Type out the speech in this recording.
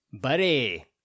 Buddy